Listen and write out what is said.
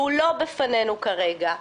שהוא לא בפניכם כרגע,